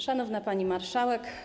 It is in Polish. Szanowna Pani Marszałek!